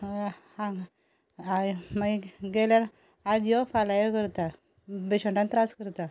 हांवें हांवें मागीर गेल्यार आज यो फाल्या यो करता पेशंटांक त्रास करता